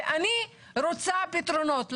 ואני רוצה פתרונות.